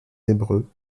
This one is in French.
hébreux